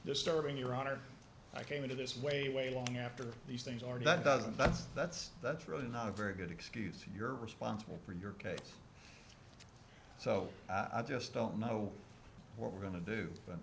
disturbing your honor i came into this way way long after these things are done doesn't that's that's that's really not a very good excuse and you're responsible for your case so i just don't know what we're going to do but